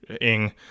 ing